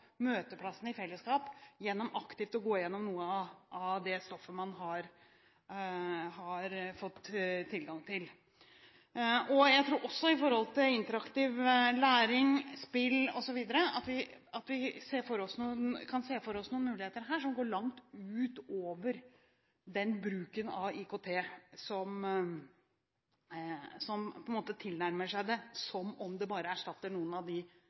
møteplassene i fellesskap, gjennom aktivt å gå gjennom noe av det stoffet man har fått tilgang til. Når det gjelder interaktiv læring, spill osv., tror jeg også at vi kan se for oss noen muligheter som går langt utover bruken av IKT med den tilnærming at det bare erstatter noen av